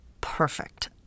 perfect